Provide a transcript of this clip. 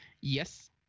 Yes